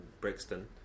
Brixton